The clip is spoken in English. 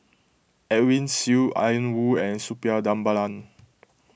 Edwin Siew Ian Woo and Suppiah Dhanabalan